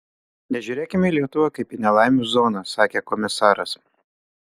nežiūrėkime į lietuvą kaip į nelaimių zoną sakė komisaras